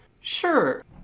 Sure